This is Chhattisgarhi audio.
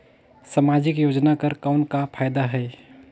समाजिक योजना कर कौन का फायदा है?